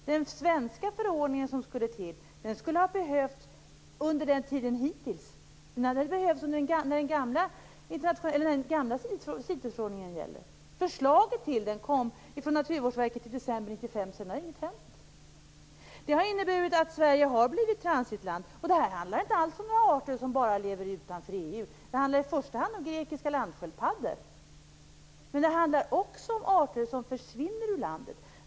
Den svenska förordning som skall till skulle ha behövts under den tid som har gått hittills. Den behövs när den gamla CITES-förordningen gäller. Förslaget till förordning kom från Naturvårdsverket i december 1995, men sedan dess har ingenting hänt. Det har inneburit att Sverige har blivit transitland. Det handlar inte alls om några arter som bara lever utanför EU. Det handlar i första hand om grekiska landsköldpaddor. Men det handlar också om arter som försvinner ur landet.